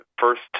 first